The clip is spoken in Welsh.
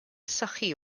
sychu